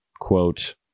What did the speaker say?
quote